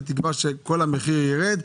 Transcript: בתקווה שכל המחיר יירד,